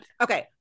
Okay